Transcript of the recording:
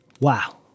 Wow